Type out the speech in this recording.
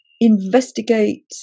investigate